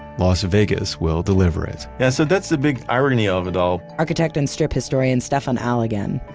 las vegas, will deliver it yeah so that's the big irony of it all architect and strip historian, stefan al, again